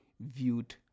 viewed